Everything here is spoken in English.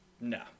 no